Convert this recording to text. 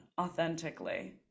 authentically